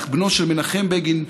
בנו של מנחם בגין,